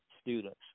students